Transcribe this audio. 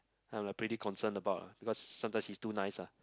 I'm like pretty concerned about ah because sometimes he's too nice ah